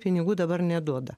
pinigų dabar neduoda